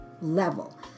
level